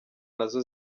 nazo